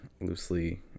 loosely